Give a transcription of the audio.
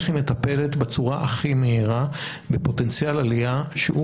איך היא מטפלת בצורה הכי מהירה בפוטנציאל עלייה שהוא